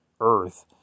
Earth